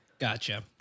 gotcha